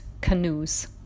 canoes